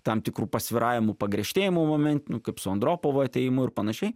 tam tikrų pasvyravimų pagriežtėjimų momentinių kaip su andropovo atėjimu ir panašiai